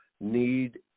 need